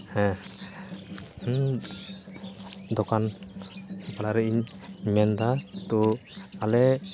ᱦᱮᱸ ᱫᱳᱠᱟᱱ ᱵᱷᱟᱞᱟᱨᱮ ᱤᱧ ᱢᱮᱱᱫᱟ ᱛᱳ ᱟᱞᱮ